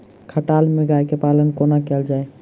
खटाल मे गाय केँ पालन कोना कैल जाय छै?